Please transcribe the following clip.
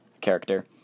character